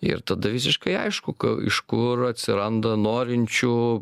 ir tada visiškai aišku ka iš kur atsiranda norinčių